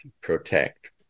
protect